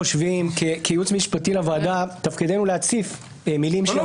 כייעוץ משפטי לוועדה תפקידנו להציף מילים שהן עמומות.